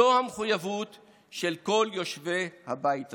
זו המחויבות של כל יושבי הבית הזה.